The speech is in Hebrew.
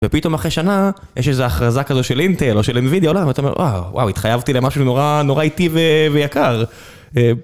ופתאום אחרי שנה, יש איזה הכרזה כזו של אינטל, או של nvidia, ל-ואתה אומר, אה, וואו, התחייבתי למשהו נורא... נורא איטי ו...ויקר. אה,